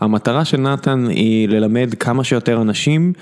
המטרה של נתן היא ללמד כמה שיותר אנשים